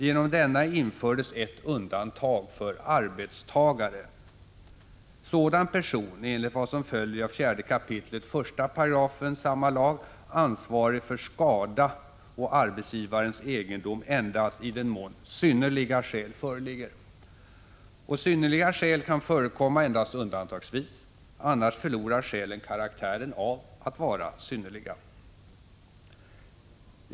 Genom denna infördes ett undantag för arbetstagare. Sådan person är enligt vad som följer av 4 kap. 1 § samma lag ansvarig för skada å arbetsgivarens egendom endast i den mån synnerliga skäl föreligger. Och synnerliga skäl kan förekomma endast undantagsvis; annars förlorar skälen karaktären av att vara synnerliga.